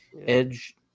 Edge